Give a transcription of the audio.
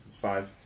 Five